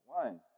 one